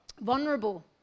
vulnerable